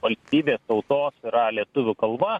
valstybės tautos yra lietuvių kalba